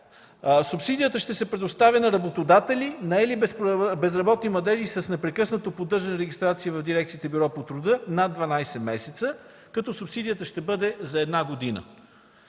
Субсидията ще се предоставя на работодатели, наели безработни младежи с непрекъснато поддържане на регистрация в дирекциите по труда над 12 месеца, като субсидията ще бъде за една година.